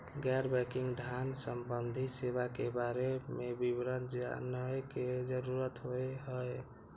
गैर बैंकिंग धान सम्बन्धी सेवा के बारे में विवरण जानय के जरुरत होय हय?